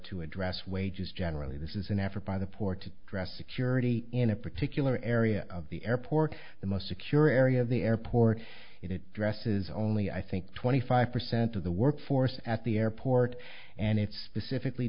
to address wages generally this is an effort by the port to address security in a particular area of the airport the most secure area of the airport in addresses only i think twenty five percent of the workforce at the airport and it's specifically